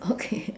okay